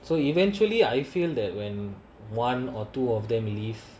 so eventually I feel that when one or two of them leave